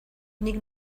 nik